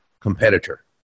competitor